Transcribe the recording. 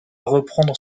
reprendre